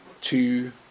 two